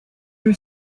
you